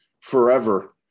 forever